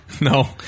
No